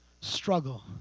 Struggle